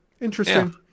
Interesting